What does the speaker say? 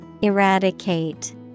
Eradicate